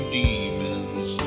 demons